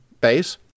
base